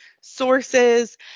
sources